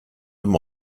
him